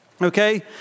okay